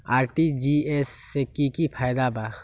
RTGS से की की फायदा बा?